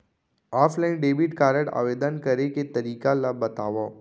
Offline debit card आवेदन करे के तरीका ल बतावव?